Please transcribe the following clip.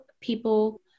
people